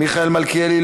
מיכאל מלכיאלי,